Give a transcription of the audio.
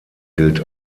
gilt